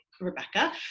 Rebecca